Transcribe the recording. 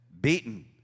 beaten